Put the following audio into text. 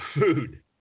food